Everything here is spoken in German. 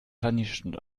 vernichtend